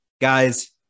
Guys